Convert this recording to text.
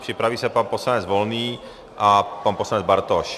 Připraví se pan poslanec Volný a pan poslanec Bartoš.